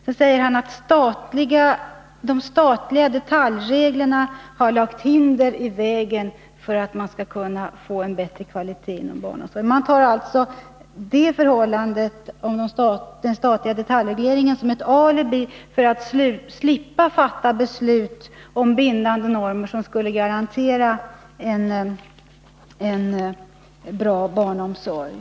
Rune Gustavsson säger att de statliga detaljreglerna har lagt hinder i vägen för en bättre kvalitet inom barnomsorgen. Man tar alltså den statliga detaljregleringen som ett alibi för att slippa fatta beslut om bindande normer som skulle garantera en bra barnomsorg.